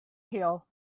hill